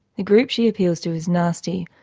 the group she appeals to is nasty,